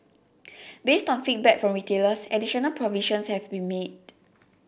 based on feedback from retailers additional provisions have been made